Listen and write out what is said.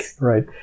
right